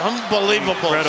Unbelievable